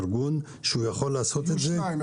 ארגון שיכול לעשות את זה --- יהיו שניים,